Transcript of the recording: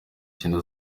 cyenda